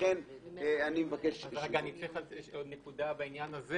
יש עוד נקודה בעניין הזה.